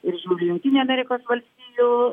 ir žiūri jungtinių amerikos valstijų